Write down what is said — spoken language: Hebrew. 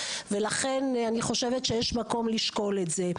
ולכן אני חושבת שיש מקום לשקול את זה.